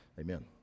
amen